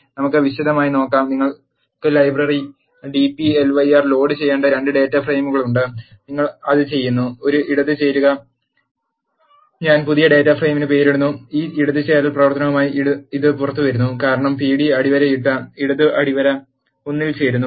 നമുക്ക് വിശദമായി നോക്കാം നിങ്ങൾക്ക് ലൈബ്രറി dplyr ലോഡുചെയ്യേണ്ട 2 ഡാറ്റ ഫ്രെയിമുകൾ ഉണ്ട് നിങ്ങൾ അത് ചെയ്യുന്നു ഒരു ഇടത് ചേരുക ഞാൻ പുതിയ ഡാറ്റാ ഫ്രെയിമിന് പേരിടുന്നു ഈ ഇടത് ചേരൽ പ്രവർത്തനവുമായി ഇത് പുറത്തുവരുന്നു കാരണം പിഡി അടിവരയിട്ട ഇടത് അടിവര 1 ൽ ചേരുന്നു